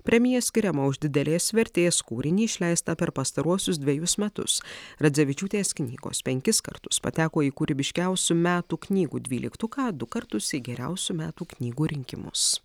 premija skiriama už didelės vertės kūrinį išleistą per pastaruosius dvejus metus radzevičiūtės knygos penkis kartus pateko į kūrybiškiausių metų knygų dvyliktuką du kartus į geriausių metų knygų rinkimus